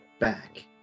back